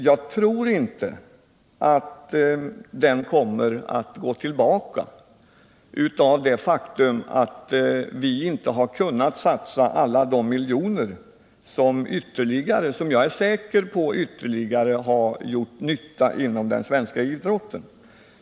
Jag tror inte att den kommer att gå tillbaka bara för att vi där inte har kunnat satsa alla de miljoner som har gjort nytta inom den svenska idrotten.